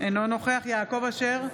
אינו נוכח יעקב אשר,